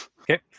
Okay